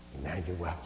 Emmanuel